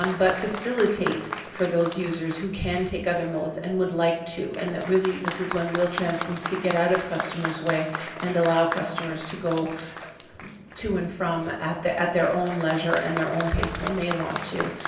um but facilitate for those users who can take other modes and would like to and that really this is when wheel-trans needs to get out of customer's way and allow customers to go to and from at the at their own leisure and their own pace when they want to.